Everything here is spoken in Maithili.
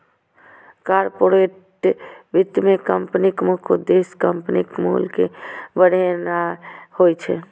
कॉरपोरेट वित्त मे कंपनीक मुख्य उद्देश्य कंपनीक मूल्य कें बढ़ेनाय होइ छै